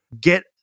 Get